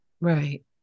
Right